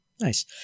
nice